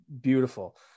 beautiful